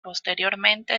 posteriormente